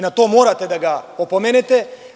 Na to morate da ga opomenete…